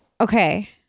Okay